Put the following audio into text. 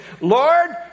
Lord